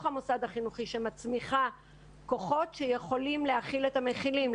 המוסד החינוכי שמצמיחה כוחות שיכולים להכיל את המכילים,